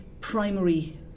primary